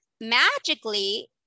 magically